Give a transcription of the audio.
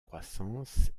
croissance